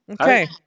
Okay